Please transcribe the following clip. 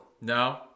No